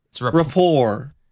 Rapport